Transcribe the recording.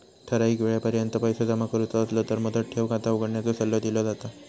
ठराइक येळेपर्यंत पैसो जमा करुचो असलो तर मुदत ठेव खाता उघडण्याचो सल्लो दिलो जाता